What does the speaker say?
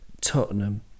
Tottenham